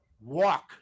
walk